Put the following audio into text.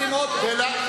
שאלה.